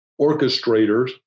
orchestrators